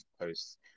posts